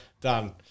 done